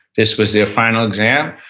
this was their final exam.